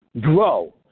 grow